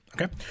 okay